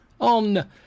on